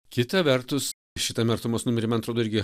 kita vertus šitame artumos numerį man atrodo irgi